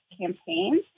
campaigns